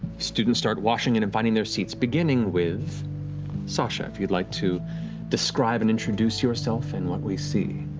students start washing in and finding their seats, beginning with sasha, if you'd like to describe and introduce yourself and what we see.